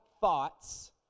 thoughts